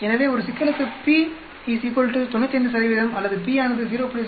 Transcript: எனவே ஒரு சிக்கலுக்கு p 95 அல்லது p ஆனது 0